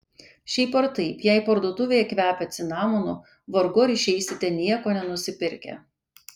šiaip ar taip jei parduotuvėje kvepia cinamonu vargu ar išeisite nieko nenusipirkę